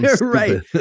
right